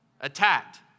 attacked